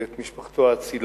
ואת משפחתו האצילה,